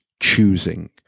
choosing